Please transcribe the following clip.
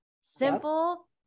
simple